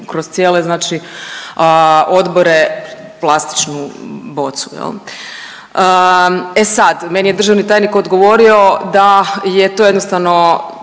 kroz cijele znači odbore plastičnu bocu jel. A sad, meni je državni tajnik odgovorio da je to jednostavno